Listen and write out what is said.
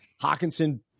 Hawkinson